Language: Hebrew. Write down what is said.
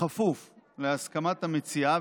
בכפוף להסכמת המציעה,